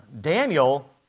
Daniel